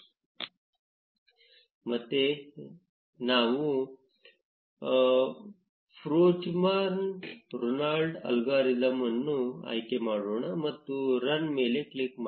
ನಾವು ಮತ್ತೆ Fruchterman Reingold algorithm ಅನ್ನು ಆಯ್ಕೆ ಮಾಡೋಣ ಮತ್ತು ರನ್ ಮೇಲೆ ಕ್ಲಿಕ್ ಮಾಡಿ